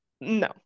no